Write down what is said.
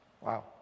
Wow